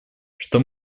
что